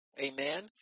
Amen